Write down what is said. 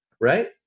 right